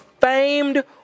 famed